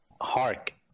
Hark